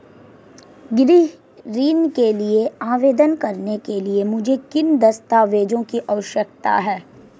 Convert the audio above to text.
गृह ऋण के लिए आवेदन करने के लिए मुझे किन दस्तावेज़ों की आवश्यकता है?